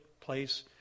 place